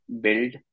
Build